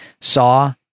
saw